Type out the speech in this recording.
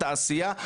תעשייה,